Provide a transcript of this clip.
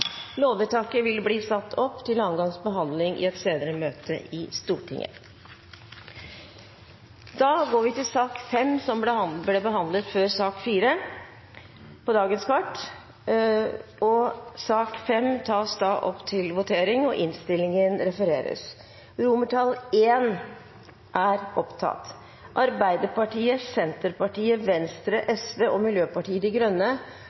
Lovvedtaket vil bli satt opp til andre gangs behandling i et senere møte i Stortinget. Da går vi til votering over sak nr. 5 som ble behandlet før sak nr. 4 på dagens kart. Arbeiderpartiet, Senterpartiet, Venstre, Sosialistisk Venstreparti og Miljøpartiet De Grønne